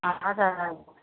हजुर हजुर